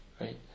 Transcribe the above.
Right